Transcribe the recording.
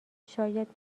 شاید